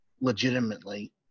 legitimately